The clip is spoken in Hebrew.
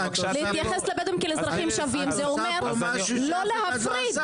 להתייחס אליהם כאל אזרחיים שווים זה אומר לא להפריד.